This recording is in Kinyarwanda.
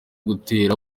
gutera